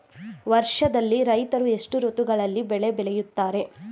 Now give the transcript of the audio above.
ವರ್ಷದಲ್ಲಿ ರೈತರು ಎಷ್ಟು ಋತುಗಳಲ್ಲಿ ಬೆಳೆ ಬೆಳೆಯುತ್ತಾರೆ?